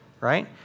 right